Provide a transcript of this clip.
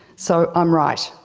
so i'm right.